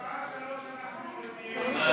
הצבעה 3, אנחנו מורידים.